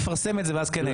של חבר הכנסת זאב אלקין,